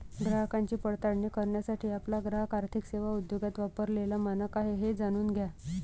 ग्राहकांची पडताळणी करण्यासाठी आपला ग्राहक आर्थिक सेवा उद्योगात वापरलेला मानक आहे हे जाणून घ्या